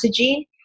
messaging